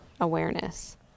awareness